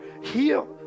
heal